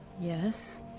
Yes